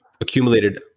accumulated